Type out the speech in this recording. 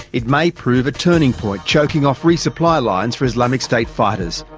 it may prove a turning point, choking off re-supply lines for islamic state fighters.